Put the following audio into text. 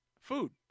food